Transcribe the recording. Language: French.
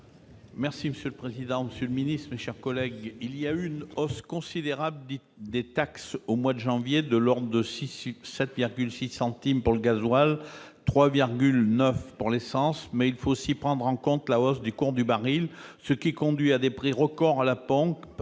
Monsieur le président, monsieur le ministre, mes chers collègues, il y a eu une hausse considérable des taxes au mois de janvier- de l'ordre de 7,6 centimes pour le gazole et de 3,9 centimes pour l'essence -, mais il faut aussi prendre en compte la hausse du cours du baril, ce qui conduit à des prix record à la pompe